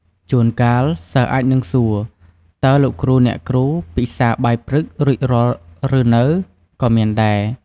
ជួនកាល សិស្សអាចនឹងសួរ តើលោកគ្រូ អ្នកគ្រូ ពិសាបាយព្រឹករួចរាល់ឬនៅ ក៏មានដែរ។